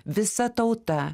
visa tauta